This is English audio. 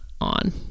on